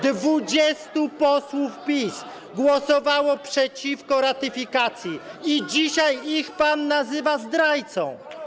20 posłów PiS głosowało przeciwko ratyfikacji i dzisiaj ich pan nazywa zdrajcami.